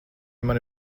mani